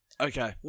Okay